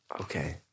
Okay